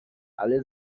alle